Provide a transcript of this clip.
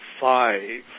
five